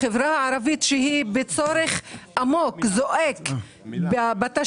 החברה הערבית שהיא בצורך עמוק זועק בתשתיות,